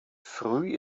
früh